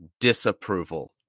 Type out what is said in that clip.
disapproval